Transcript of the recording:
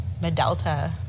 Medalta